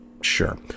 sure